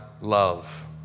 love